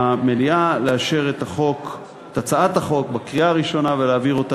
מהמליאה לאשר את הצעת החוק בקריאה ראשונה ולהעביר אותה